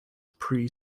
pre